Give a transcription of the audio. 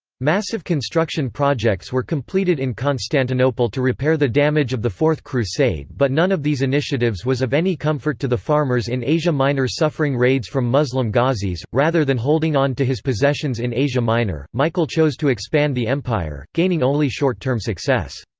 massive construction projects were completed in constantinople to repair the damage of the fourth crusade but none of these initiatives was of any comfort to the farmers in asia minor suffering raids from muslim ghazis rather than holding on to his possessions in asia minor, michael chose to expand the empire, gaining only short-term success.